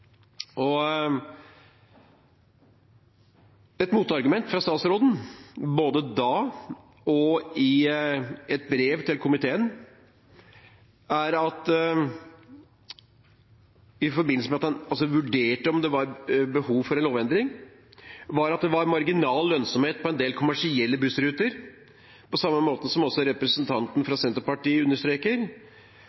dag. Et motargument fra statsråden, både da og i et brev til komiteen – i forbindelse med at han vurderte om det var behov for en lovendring – var at det var marginal lønnsomhet på en del kommersielle bussruter, slik også representanten